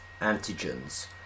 antigens